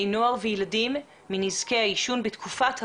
נוער וילדים מנזקי העישון בתקופת הקורונה.